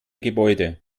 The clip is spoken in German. gebäude